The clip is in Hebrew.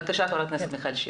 בבקשה ח"כ מיכל שיר.